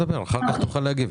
אחר כך תוכל להגיב.